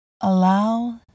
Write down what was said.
Allow